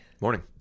Morning